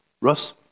Russ